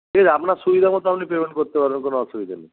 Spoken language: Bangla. ঠিক আছে আপনার সুবিধা মতো আপনি পেমেন্ট করতে পারবেন কোনো অসুবিধে নেই